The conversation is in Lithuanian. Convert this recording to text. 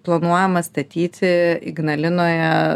planuojama statyti ignalinoje